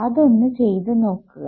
അതൊന്ന് ചെയ്തു നോക്കുക